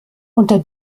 unter